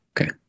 Okay